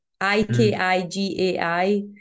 I-K-I-G-A-I